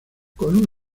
con